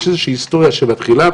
יש היסטוריה של ההתחלה,